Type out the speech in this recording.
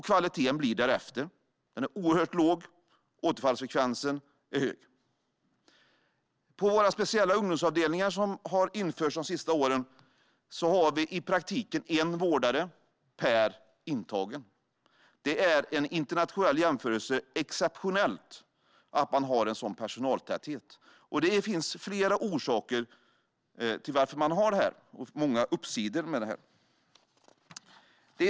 Kvaliteten blir därefter, det vill säga oerhört låg, och återfallsfrekvensen är hög. På våra speciella ungdomsavdelningar, som har införts de senaste åren, har vi i praktiken en vårdare per intagen. Det är i en internationell jämförelse exceptionellt att man har en sådan personaltäthet. Det finns flera orsaker till att vi har det så, och det finns många fördelar.